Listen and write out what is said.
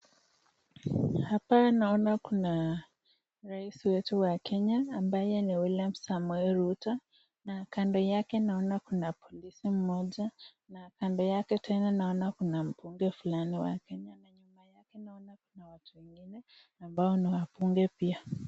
Hapa naona kuna Rais wetu wa Kenya ambaye ni William Samoei Ruto na kando yake kuna polisi mmoja na kando yake tena naona kuna mbunge fulani na kwenye nyuma wake naona watu wengine ambao ni wabunge pia.